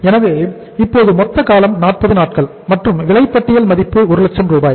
எனவே இப்போது மொத்த காலம் 40 நாட்கள் மற்றும் விலைப்பட்டியல் மதிப்பு 1 லட்சம் ரூபாய்